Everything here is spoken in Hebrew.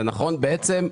בעצם,